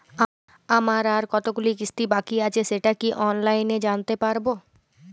আমার আর কতগুলি কিস্তি বাকী আছে সেটা কি অনলাইনে জানতে পারব?